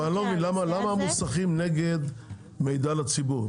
אני לא מבין, למה המוסכים נגד מידע לציבור?